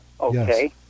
okay